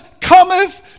cometh